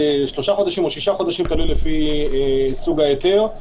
שלושה חודשים או שישה חודשים, תלוי לפי סוג ההיתר.